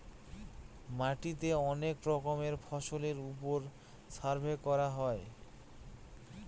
মাটিতে অনেক রকমের ফসলের ওপর সার্ভে করা হয়